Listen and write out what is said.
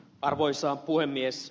arvoisa puhemies